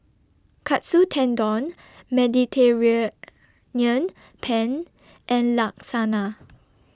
Katsu Tendon Mediterranean Penne and Lasagne